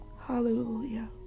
Hallelujah